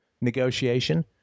negotiation